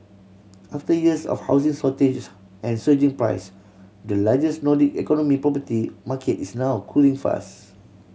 after years of housing shortages and surging price the largest Nordic economy property market is now cooling fast